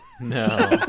No